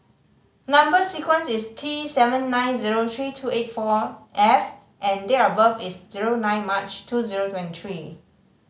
number sequence is T seven nine zero three two eight four F and date of birth is zero nine March two zero twenty three